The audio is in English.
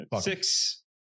Six